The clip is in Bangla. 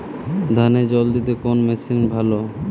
ধানে জল দিতে কোন মেশিন ভালো?